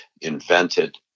invented